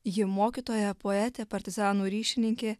ji mokytoja poetė partizanų ryšininkė